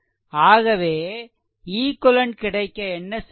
ஆகவே ஈக்வெலென்ட் கிடைக்க என்ன செய்வது